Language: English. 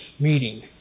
meeting